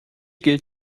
gilt